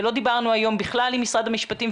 ולא דיברנו היום בכלל עם משרד המשפטים,